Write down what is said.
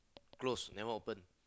close never open